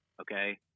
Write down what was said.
okay